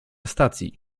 stacji